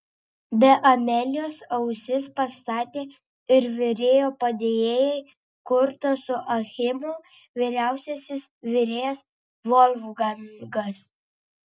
be amelijos ausis pastatė ir virėjo padėjėjai kurtas su achimu vyriausiasis virėjas volfgangas